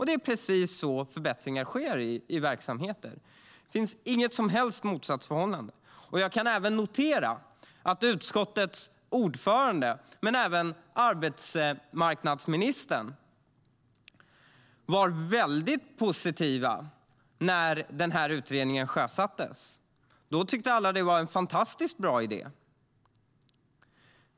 Det är precis så förbättringar sker i verksamheter. Det finns inget som helst motsatsförhållande. Jag kan notera att utskottets ordförande och även arbetsmarknadsministern var väldigt positiva när den här utredningen sjösattes. Då tyckte alla att det var en fantastiskt bra idé.